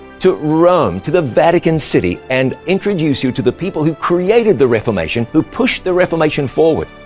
to rome, to the vatican city, and introduce you to the people who created the reformation, who pushed the reformation forward.